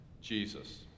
Jesus